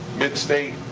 midstate,